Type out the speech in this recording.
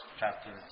chapter